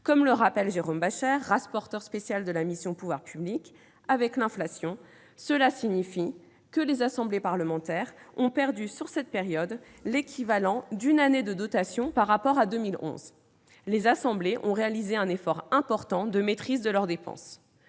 Comme le rappelle M. Bascher, rapporteur spécial de la mission « Pouvoirs publics »,« avec l'inflation, cela signifie que [les assemblées parlementaires] ont perdu sur cette période l'équivalent d'une année de dotation par rapport à 2011. Les assemblées ont réalisé un effort important de maîtrise de leurs dépenses